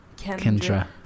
kendra